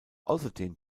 außerdem